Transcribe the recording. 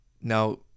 Now